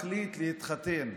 מחליט להתחתן,